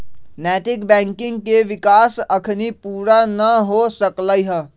नैतिक बैंकिंग के विकास अखनी पुरा न हो सकलइ ह